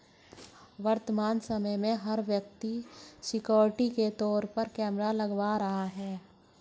वर्तमान समय में, हर व्यक्ति सिक्योरिटी के तौर पर कैमरा लगवा रहा है